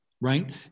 Right